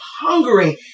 hungering